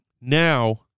Now